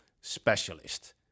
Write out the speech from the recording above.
specialist